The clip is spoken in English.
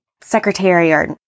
secretary